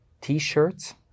t-shirts